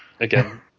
Again